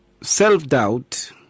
self-doubt